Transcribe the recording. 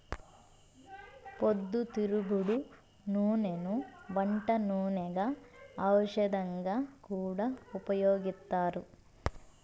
పొద్దుతిరుగుడు నూనెను వంట నూనెగా, ఔషధంగా కూడా ఉపయోగిత్తారు